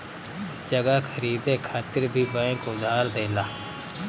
जगह खरीदे खातिर भी बैंक उधार देला